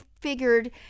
figured